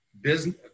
business